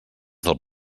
del